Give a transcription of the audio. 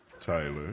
Tyler